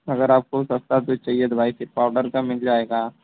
अगर आपको सस्ता दूध चाहिए तो भाई फिर पाउडर का मिल जाएगा